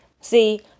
See